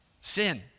sin